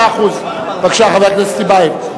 בבקשה, חבר הכנסת טיבייב.